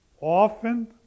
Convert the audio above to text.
often